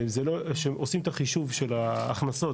שהם עושים את החישוב של ההכנסות,